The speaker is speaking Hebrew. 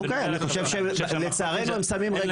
אוקי, אני חושב שלצערנו הם "שמים רגל".